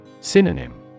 Synonym